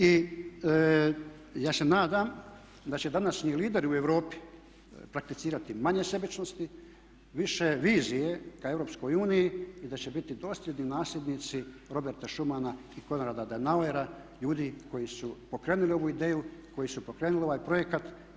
I ja se nadam da će današnji lideri u europi prakticirati manje sebičnosti, više vizije ka Europskoj uniji i da će biti dosljedni nasljednici Roberta Schumana i Konrada Denauera, ljudi koji su pokrenuli ovu ideju, koji su pokrenuli ovaj projekat.